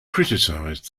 criticized